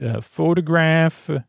photograph